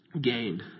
gained